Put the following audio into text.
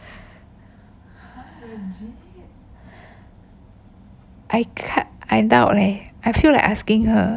I I doubt leh I feel like asking her